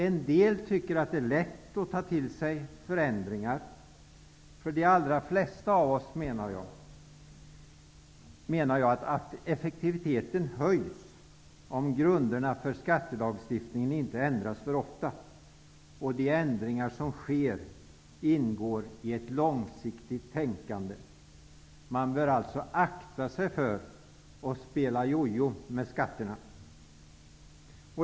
En del tycker att det är lätt att ta till sig förändringar. För de allra flesta av oss menar jag emellertid att effektiviteten höjs om grunderna för skattelagstiftningen inte ändras för ofta, och att de ändringar som sker ingår i ett långsiktigt tänkande. Man bör alltså akta sig för att spela jojo med skatterna.